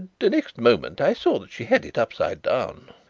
the next moment i saw that she had it upside down.